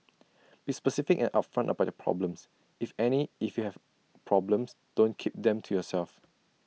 be specific and upfront about your problems if any if you have problems don't keep them to yourself